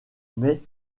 mais